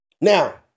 Now